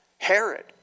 Herod